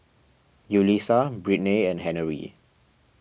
Yulisa Brittnay and Henery